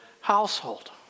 household